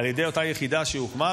על ידי אותה יחידה שהוקמה,